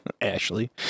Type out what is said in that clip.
Ashley